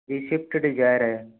ये Swift Dzire है